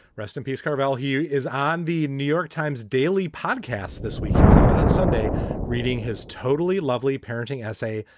rest in peace. carvelle here is on the new york times daily podcast this week. he was honored on sunday reading his totally lovely parenting essay.